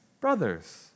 brothers